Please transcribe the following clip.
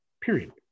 period